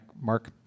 Mark